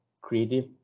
creative